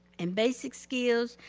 and basic skills,